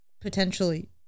potentially